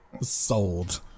sold